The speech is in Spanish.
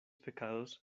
pecados